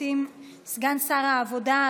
סגן שר העבודה,